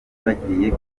bagiye